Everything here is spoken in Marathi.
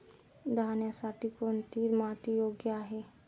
धान्यासाठी कोणती माती योग्य आहे?